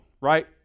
right